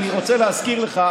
אני רוצה להזכיר לך,